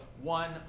one